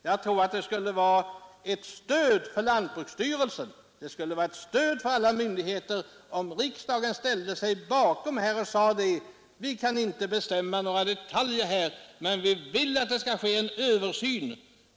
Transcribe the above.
Jag tror att det skulle vara ett stöd för lantbruksstyrelsen och för alla andra berörda myndigheter om riksdagen ställde sig bakom detta och sade: Vi kan inte bestämma några detaljer här, men vi vill att det skall ske en översyn.